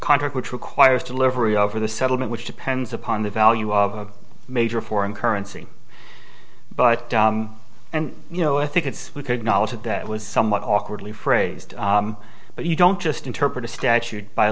contract which requires delivery over the settlement which depends upon the value of major foreign currency but you know i think it's we could knowledge that that was somewhat awkwardly phrased but you don't just interpret a statute by